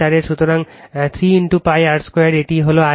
সুতরাং 3 pi r 2 l এটি হল আয়তন